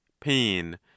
pain